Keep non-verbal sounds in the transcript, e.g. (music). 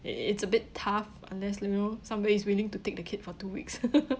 i~ it's a bit tough unless you know somebody is willing to take the kid for two weeks (laughs)